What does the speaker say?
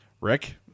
Rick